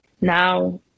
now